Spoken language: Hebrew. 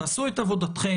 תעשו את עבודתכם,